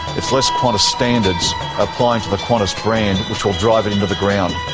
it's less qantas standards applying to the qantas brand, which will drive it into the ground.